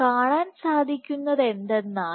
കാണാൻ സാധിക്കുന്നത് എന്തെന്നാൽ